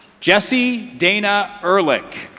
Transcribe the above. jessie dana erlich